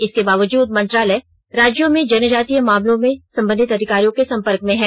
इसके बावजूद मंत्रालय राज्यों में जनजातीय मामलों से संबंधित अधिकारियों के संपर्क है